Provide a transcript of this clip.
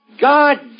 God